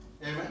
Amen